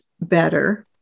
better